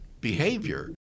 behavior